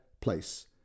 place